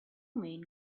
men